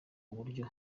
uburyo